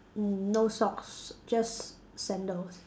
no socks just sandals